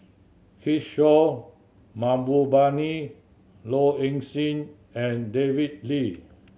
Kishore Mahbubani Low Ing Sing and David Lee